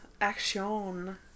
action